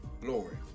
Glory